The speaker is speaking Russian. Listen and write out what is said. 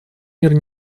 мир